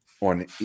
on